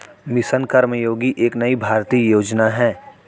mission Karmayogi एक नई भारतीय योजना है